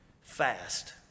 fast